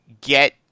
get